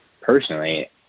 personally